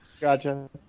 Gotcha